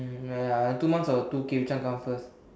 um ya ya two months or two K which one come first